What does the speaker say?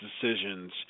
decisions